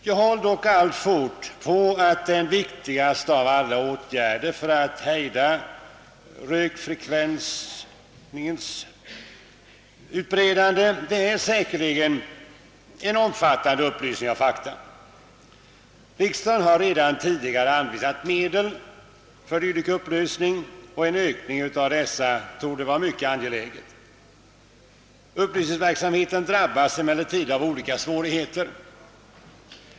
Jag håller dock alltfort på att den viktigaste av alla åtgärder för att hejda rökfrekvensens utbredning säkerligen är en omfattande upplysning om fakta. Riksdagen har redan tidigare anvisat medel för en dylik upplysning, och en ökning av dessa medel torde vara mycket angelägen. Upplysningsverksamheten drabbas emellertid av olika svårigheter.